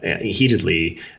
heatedly